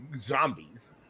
zombies